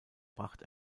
pracht